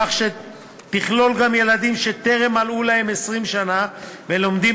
כך שתכלול גם ילדים שטרם מלאו להם 20 שנה והם לומדים